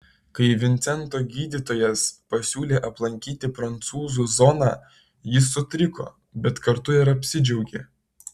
kai vincento gydytojas pasiūlė aplankyti prancūzų zoną jis sutriko bet kartu ir apsidžiaugė